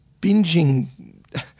binging